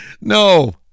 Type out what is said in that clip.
No